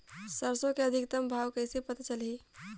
सरसो के अधिकतम भाव कइसे पता चलही?